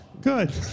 Good